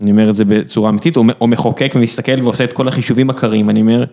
אני אומר את זה בצורה אמיתית, הוא מחוקק ומסתכל ועושה את כל החישובים הקרים, אני אומר...